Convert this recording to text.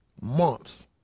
months